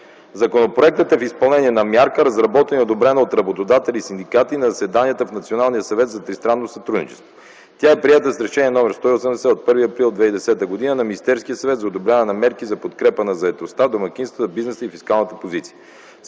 Законопроектът е в изпълнение на мярка, разработена и одобрена от работодатели и синдикати на заседанията в Националния съвет за тристранно сътрудничество. Тя е приета с Решение № 180 от 1 април 2010 г. на Министерския съвет за одобряване на мерки за подкрепа на заетостта, домакинствата, бизнеса и фискалната позиция.